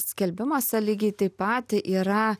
skelbimuose lygiai taip pat yra